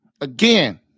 Again